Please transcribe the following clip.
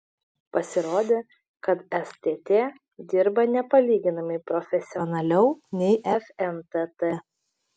pasirodė kad stt dirba nepalyginamai profesionaliau nei fntt